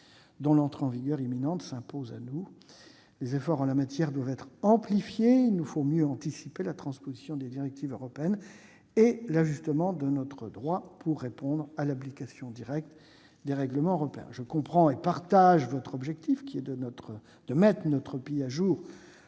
dont l'entrée en vigueur imminente s'impose à nous. En la matière, les efforts doivent être amplifiés : il vous faut mieux anticiper la transposition des directives européennes et l'ajustement de notre droit pour répondre à l'application directe des règlements européens. Je comprends et j'approuve votre objectif : mettre notre pays à jour